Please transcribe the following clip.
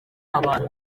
abantu